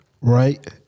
Right